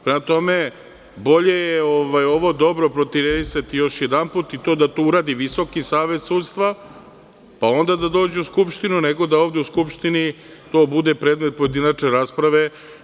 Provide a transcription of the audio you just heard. Prema tome bolje je ovo dobro protresti još jedanput i to da uradi Visoki savet sudstva, pa onda da dođu u Skupštinu, nego da ovde u Skupštini to bude predmet pojedinačne rasprave.